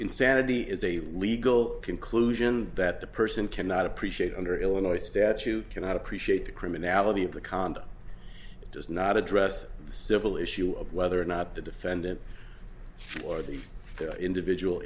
insanity is a legal conclusion that the person cannot appreciate under illinois statute cannot appreciate the criminality of the conduct does not address the civil issue of whether or not the defendant or the individual